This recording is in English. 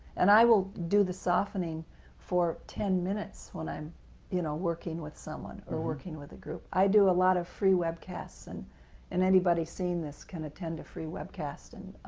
and i will do the softening for like ten minutes when i'm you know working with someone or working with group. i do a lot of free webcasts, and and anybody seeing this can attend a free webcast and